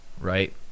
right